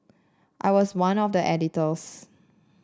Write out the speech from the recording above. I was one of the editors